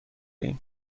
ایم